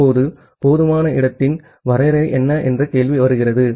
இப்போது போதுமான இடத்தின் வரையறை என்ன என்ற கேள்வி வருகிறது